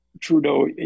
Trudeau